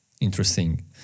Interesting